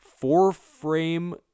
four-frame